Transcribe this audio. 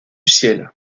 ciel